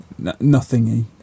Nothingy